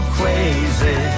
crazy